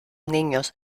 niños